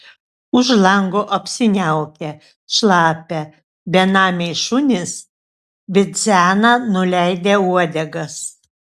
už lango apsiniaukę šlapia benamiai šunys bidzena nuleidę uodegas